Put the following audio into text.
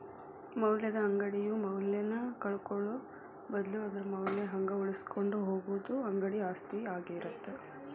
ಮೌಲ್ಯದ ಅಂಗಡಿಯು ಮೌಲ್ಯನ ಕಳ್ಕೊಳ್ಳೋ ಬದ್ಲು ಅದರ ಮೌಲ್ಯನ ಹಂಗ ಉಳಿಸಿಕೊಂಡ ಹೋಗುದ ಅಂಗಡಿ ಆಸ್ತಿ ಆಗಿರತ್ತ